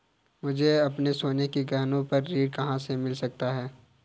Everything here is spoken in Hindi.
मुझे अपने सोने के गहनों पर ऋण कहाँ से मिल सकता है?